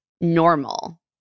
normal